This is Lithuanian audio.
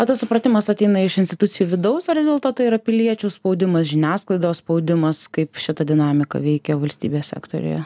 o tas supratimas ateina iš institucijų vidaus ar vis dėlto tai yra piliečių spaudimas žiniasklaidos spaudimas kaip šita dinamika veikia valstybės sektoriuje